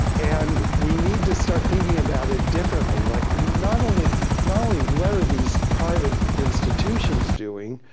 and we need to start thinking about it differently. like, not only not only what are these private institutions doing,